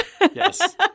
Yes